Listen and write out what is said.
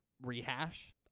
rehash